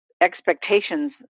expectations